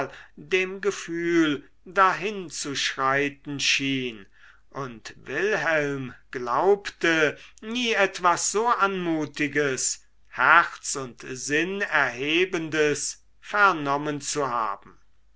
dem gefühl dahinzuschreiten schien und wilhelm glaubte nie etwas so anmutiges herz und sinn erhebendes vernommen zu haben